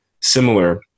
similar